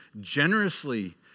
generously